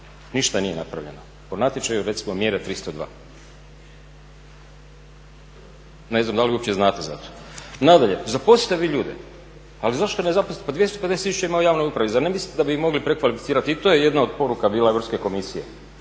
ništa nije napravljeno po natječaju recimo mjere 302. Ne znam da li uopće znate za to. Nadalje, zaposlite vi ljude. Ali zašto ne zaposlite, pa 250000 ima u javnoj upravi. Zar ne mislite da bi ih mogli prekvalificirati. I to je jedna od poruka bila Europske komisije.